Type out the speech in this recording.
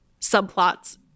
subplots